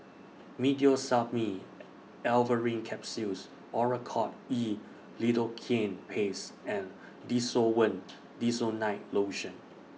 Meteospasmyl Alverine Capsules Oracort E Lidocaine Paste and Desowen Desonide Lotion